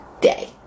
day